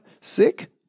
Sick